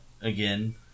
again